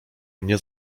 mnie